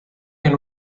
can